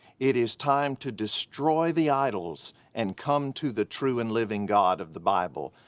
it is time to destroy the idols and come to the true and living god of the bible,